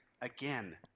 again